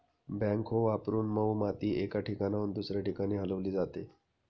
backhoe वापरून मऊ माती एका ठिकाणाहून दुसऱ्या ठिकाणी हलवली जाते